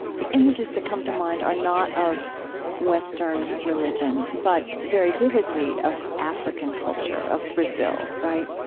the images that come to mind are not of western religion, but very vividly, of african culture, of brazil, right?